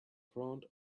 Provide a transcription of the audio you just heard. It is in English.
front